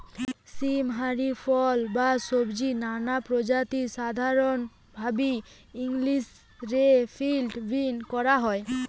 সীম হারি ফল বা সব্জির নানা প্রজাতিকে সাধরণভাবি ইংলিশ রে ফিল্ড বীন কওয়া হয়